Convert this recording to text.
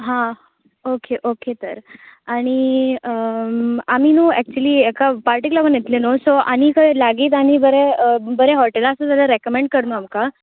हा okay okay तर आनी आमी न्हू एक्चुली एका पार्टीक लागून येतले न्हू सो आनी लागी खंय बरे हॉटेल आसा जाल्यार रॅकमेंड कर न्हू आमकां